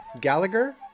gallagher